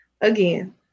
Again